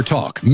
Talk